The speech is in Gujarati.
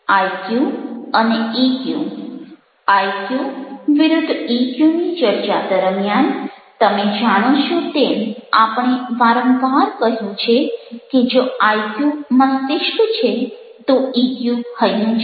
આઇક્યુ અને ઇક્યુ આઇક્યુ વિ ઇક્યુની ચર્ચા દરમિયાન તમે જાણો છો તેમ આપણે વારંવાર કહ્યું છે કે જો આઇક્યુ મસ્તિષ્ક છે તો ઇક્યુ હૈયું છે